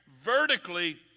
vertically